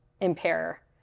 impair